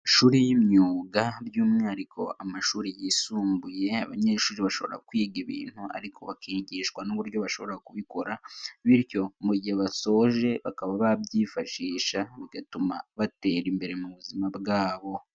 Amashuri y'imyuga by'umwihariko amashuri yisumbuye abanyeshuri bashobora kwiga ibintu ariko bakigishwa n'uburyo bashobora kubikora bityo mu gihe basoje bakaba babyifashisha bigatuma batera imbere mu buzima bwabo.